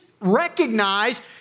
recognize